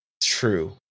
true